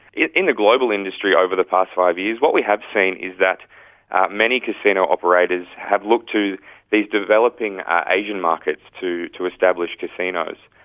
in the global industry over the past five years what we have seen is that many casino operators have looked to these developing ah asian markets to to establish casinos,